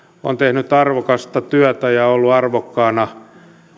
ovat tehneet arvokasta työtä ja olleet arvokkaana